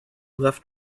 left